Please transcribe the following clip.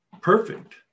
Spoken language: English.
Perfect